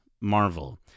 marvel